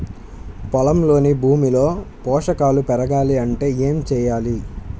పొలంలోని భూమిలో పోషకాలు పెరగాలి అంటే ఏం చేయాలి?